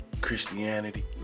Christianity